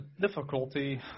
difficulty